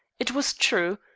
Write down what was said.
it was true,